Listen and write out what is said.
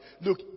look